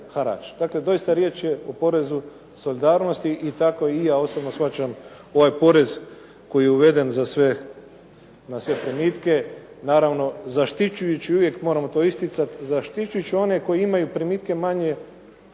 Dakle, riječ je o porezu solidarnosti i tako i ja osobno shvaćam ovaj porez koji je uveden na sve primitke, naravno zaštićujući, uvijek moramo to isticati, zaštićujući one koji imaju primitke manje